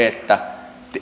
että